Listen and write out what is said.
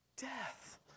Death